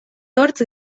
hortz